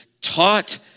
taught